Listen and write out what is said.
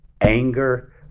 Anger